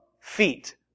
feet